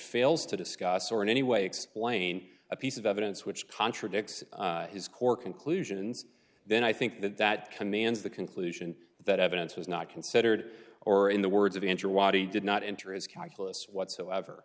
fails to discuss or in any way explain a piece of evidence which contradicts his core conclusions then i think that that commands the conclusion that evidence was not considered or in the words of enter wadi did not enter his calculus whatsoever